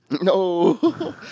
No